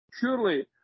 surely